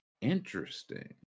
Interesting